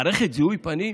מערכת זיהוי פנים,